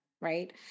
right